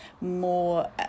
more